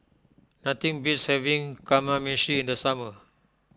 nothing beats having Kamameshi in the summer